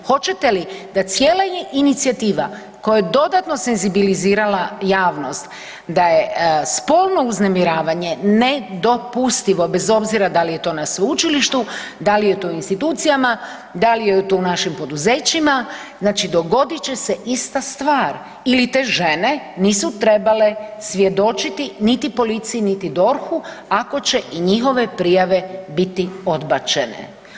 Hoćete li da cijela inicijativa koja je dodatno senzibilizirala javnost da je spolno uznemiravanje ne dopustivo bez obzira da li je to na sveučilištu, da li je to u institucijama, da li je to u našim poduzećima, znači dogodit će se ista stvar ili te žene nisu trebale svjedočiti niti policiji niti DORH-u ako će i njihove prijave biti odbačene.